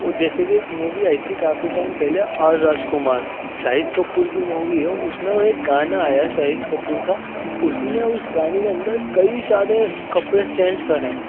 وہ جیسے کہ ایک مووی آئی تھی کافی ٹائم پہلے آر راج کمار شاہد کپور کی مووی ہے اس میں وہ ایک گانا آیا ہے شاہد کپور کا اس نے اس گانے کے اندر کئی سارے کپڑے چینج کرے ہیں